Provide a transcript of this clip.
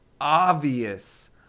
Obvious